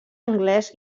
anglès